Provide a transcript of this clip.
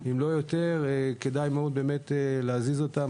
ויותר וכדאי להזיז אותם.